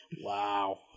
Wow